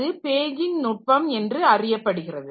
அது பேஜிங் நுட்பம் என்று அறியப்படுகிறது